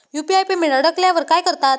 UPI payment अडकल्यावर काय करतात?